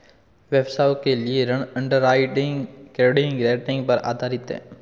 व्यवसायों के लिए ऋण अंडरराइटिंग क्रेडिट रेटिंग पर आधारित है